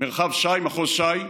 מרחב ש"י, מחוז ש"י,